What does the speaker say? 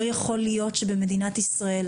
לא יכול להיות שבמדינת ישראל,